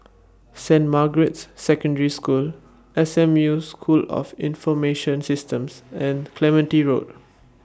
Saint Margaret's Secondary School S M U School of Information Systems and Clementi Road